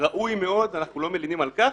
ראוי מאוד, אנחנו לא מלינים על כך,